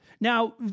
Now